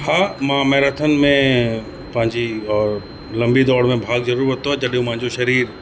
हा मां मैराथन में पंहिंजी और लंबी दौड़ में भाग ज़रूरु वरितो आहे जॾहिं मुंहिंजो शरीरु